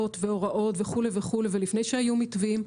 והוראות וכו' וכו' ועוד לפני שהיו מתווים,